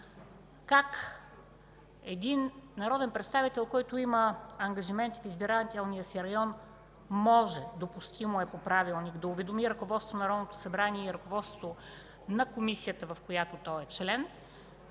как един народен представител, който има ангажимент в избирателния си район, може, допустимо е по Правилника, да уведоми ръководството на Народното събрание и ръководството на Комисията, в която той е член,